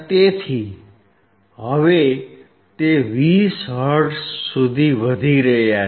તેથી હવે તે 20 હર્ટ્ઝ સુધી વધી રહયા છે